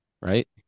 Right